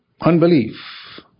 unbelief